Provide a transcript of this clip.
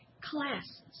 classes